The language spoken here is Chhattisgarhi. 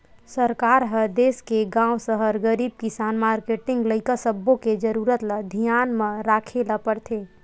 सरकार ह देस के गाँव, सहर, गरीब, किसान, मारकेटिंग, लइका सब्बो के जरूरत ल धियान म राखे ल परथे